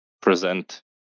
present